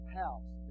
house